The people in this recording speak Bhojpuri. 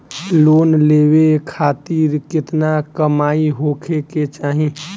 लोन लेवे खातिर केतना कमाई होखे के चाही?